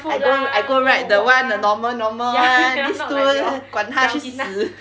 I go I go ride the [one] the normal normal [one] this two 管他去死